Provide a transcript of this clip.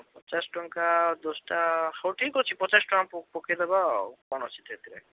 ପଚାଶ ଟଙ୍କା ଦଶଟା ହଉ ଠିକ୍ ଅଛି ପଚାଶ ଟଙ୍କା ପକାଇଦେବା ଆଉ କ'ଣ ସେଥିରେ